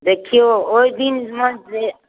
देखिऔ ओहि दिनमे जे